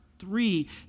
Three